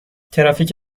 ترافیک